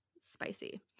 Spicy